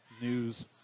news